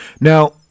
Now